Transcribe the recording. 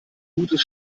gutes